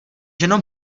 jenom